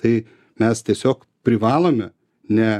tai mes tiesiog privalome ne